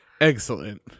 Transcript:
Excellent